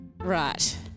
Right